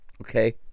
okay